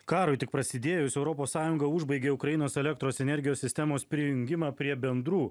karui tik prasidėjus europos sąjunga užbaigė ukrainos elektros energijos sistemos prijungimą prie bendrų